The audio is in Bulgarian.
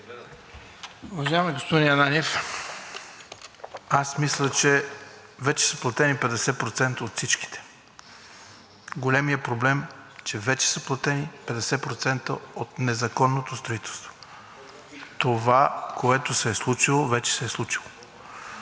Уважаеми господин Ананиев, аз мисля, че вече са платени 50% от всичките. Големият проблем, че вече са платени 50% от незаконното строителство. Това, което се е случило, вече се е случило.